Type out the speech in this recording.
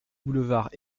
boulevard